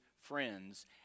friends